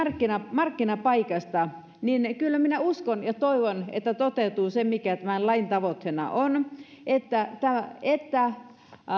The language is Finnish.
markkinapaikasta kyllä minä uskon ja toivon että toteutuu se mikä tämän lain tavoitteena on että